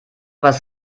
was